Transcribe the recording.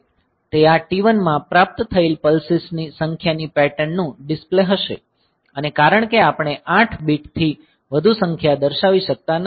તે આ T1 માં પ્રાપ્ત થયેલી પલ્સિસની સંખ્યાની પેટર્નનું ડિસ્પ્લે હશે અને કારણ કે આપણે 8 બીટ થી વધુ સંખ્યા દર્શાવી શકતા નથી